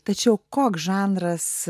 tačiau koks žanras